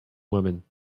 woman